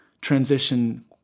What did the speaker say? transition